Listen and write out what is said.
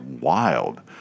wild